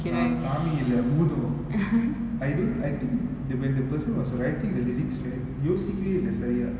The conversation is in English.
நா சாமி இல்ல பூதோ:naa saami illa bootho I don't I think the when the person was writing the lyrics right யோசிக்கவே இல்ல சரியா:yosikave illa sariyaa